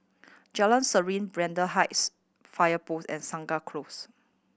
Jalan Serene Braddell Heights Fire Post and Segar Close